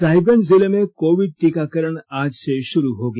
साहिबगंज जिले मे कोविड टीकाकरण आज से शुरु हो गया